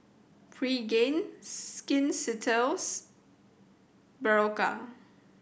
Pregain Skin Ceuticals Berocca